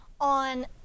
on